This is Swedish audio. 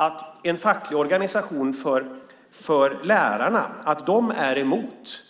Att en facklig organisation för lärarna är emot